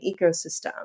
ecosystem